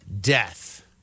death